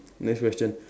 next question